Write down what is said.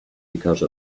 because